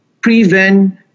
prevent